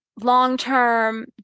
long-term